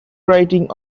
writing